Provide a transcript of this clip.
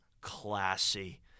classy